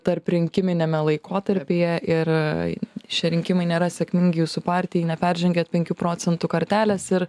tarp rinkiminiame laikotarpyje ir šie rinkimai nėra sėkmingi jūsų partijai neperžengėt penkių procentų kartelės ir